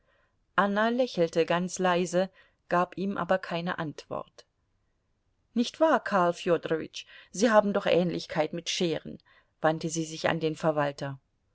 anna lächelte ganz leise gab ihm aber keine antwort nicht wahr karl fedorowitsch sie haben doch ähnlichkeit mit scheren wandte sie sich an den verwalter